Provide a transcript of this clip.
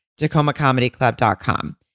TacomaComedyClub.com